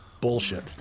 bullshit